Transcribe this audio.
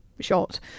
Shot